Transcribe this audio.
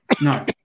No